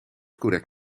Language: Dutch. correct